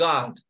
God